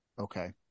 Okay